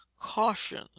Caution